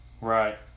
Right